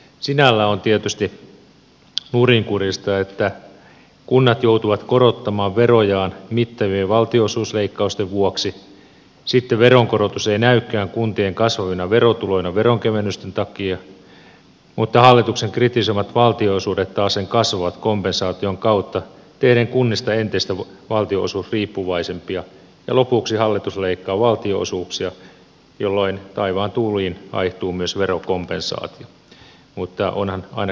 sinällään on tietysti nurinkurista että kunnat joutuvat korottamaan verojaan mittavien valtionosuusleikkausten vuoksi sitten veronkorotus ei näykään kuntien kasvavina verotuloina veronkevennysten takia mutta hallituksen kritisoimat valtionosuudet taasen kasvavat kompensaation kautta tehden kunnista entistä valtionosuusriippuvaisempia ja lopuksi hallitus leikkaa valtionosuuksia jolloin taivaan tuuliin haihtuu myös verokompensaatio mutta onhan ainakin kompensoitu